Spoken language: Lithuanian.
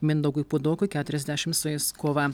mindaugui puidokui keturiasdešimt sueis kovą